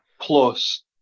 plus